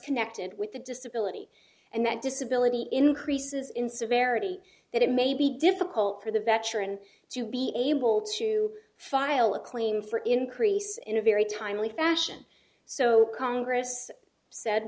connected with the disability and that disability increases in severity that it may be difficult for the veteran to be able to file a claim for increase in a very timely fashion so congress said